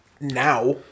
now